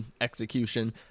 execution